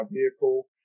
vehicle